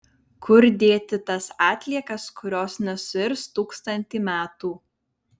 kur dėti tas atliekas kurios nesuirs tūkstantį metų